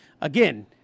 again